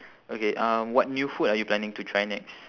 okay uh what new food are you planning to try next